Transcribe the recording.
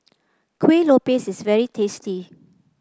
Kueh Lopes is very tasty